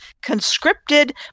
conscripted